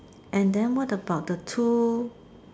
and then what about the two